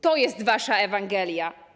To jest wasza ewangelia.